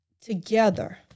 Together